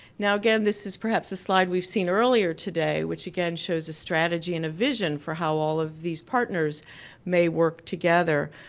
now again, this is perhaps the slide we've seen earlier today which again shows a strategy and a vision for how all of these partners may work together.